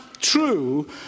true